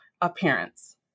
appearance